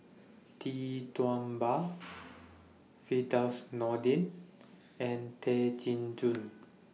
Tee Tua Ba Firdaus Nordin and Tay Chin Joo